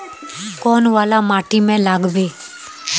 कौन वाला माटी में लागबे?